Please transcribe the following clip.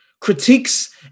critiques